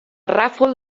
ràfol